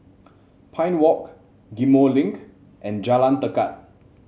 Pine Walk Ghim Moh Link and Jalan Tekad